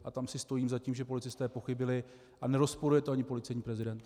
A tam si stojím za tím, že policisté pochybili, a nerozporuje to ani policejní prezident.